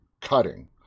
cutting